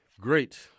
great